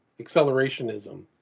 accelerationism